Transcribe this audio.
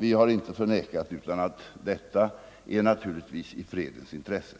Detta har vi inte förnekat, utan det ligger naturligtvis i fredens intresse.